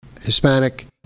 Hispanic